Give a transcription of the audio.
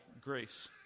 grace